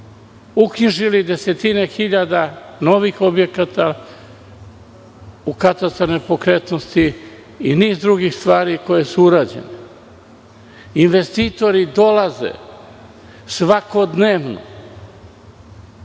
uknjižili desetine hiljada novih objekata u katastar nepokretnosti i niz drugih stvari koje su urađene. Investitori dolaze svakodnevno.